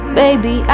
baby